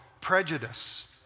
prejudice